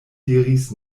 diris